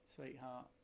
sweetheart